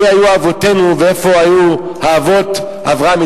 מי היו אבותינו ואיפה היו האבות אברהם,